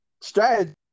strategy